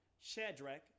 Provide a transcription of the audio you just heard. Shadrach